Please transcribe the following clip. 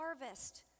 harvest